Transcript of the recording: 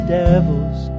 devils